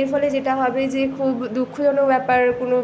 এর ফলে যেটা হবে যে খুব দুঃখজনক ব্যাপার কোনো